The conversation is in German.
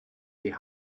die